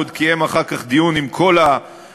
הוא עוד קיים אחר כך דיון עם כל הגורמים,